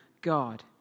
God